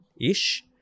ish